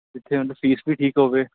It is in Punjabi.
ਜਿੱਥੇ ਮਤਲਬ ਫੀਸ ਵੀ ਠੀਕ ਹੋਵੇ